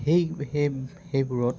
সেই সেই সেইবোৰত